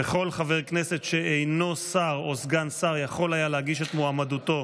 וכל חבר כנסת שאינו שר או סגן שר יכול היה להגיש את מועמדותו